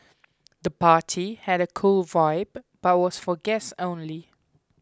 the party had a cool vibe but was for guests only